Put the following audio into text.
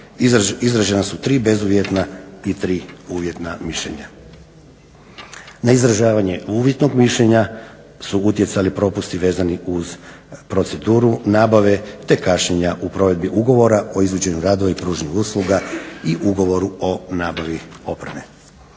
Izražena su 3 bezuvjetna i 3 uvjetna mišljenja. Na izražavanje uvjetnog mišljenja su utjecali propusti vezani uz proceduru nabave te kašnjenja provedbi ugovora o izvođenju radova i pružanju usluga i ugovoru o nabavi opreme.